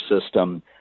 system